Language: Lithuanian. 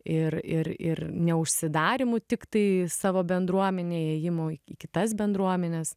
ir ir ir neužsidarymu tiktai savo bendruomenėj įėjimu į kitas bendruomenes